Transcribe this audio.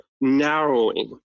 narrowing